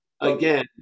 Again